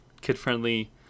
kid-friendly